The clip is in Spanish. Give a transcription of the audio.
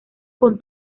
con